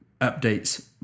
updates